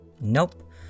Nope